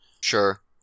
Sure